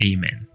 Amen